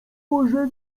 porze